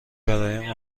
برای